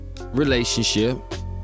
Relationship